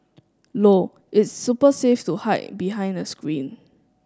low its super safe to hide behind a screen